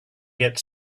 get